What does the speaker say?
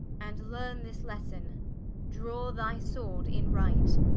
and learne this lesson draw thy sword in right